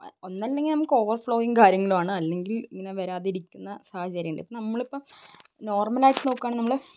ഒന്നുകില് നമുക്ക് ഓവർഫ്ലോയും കാര്യങ്ങളുമാണ് അല്ലെങ്കില് ഇങ്ങനെ വരാതിരിക്കുന്ന സാഹചര്യമുണ്ട് ഇപ്പോള് നമ്മളിപ്പം നോർമലായിട്ട് നോക്കുകയാണെങ്കില് നമ്മള്